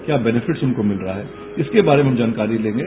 उनका बेनीफिट्स उनको मिल रहा है इसके बारे में हम जानकारी देंगे